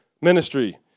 ministry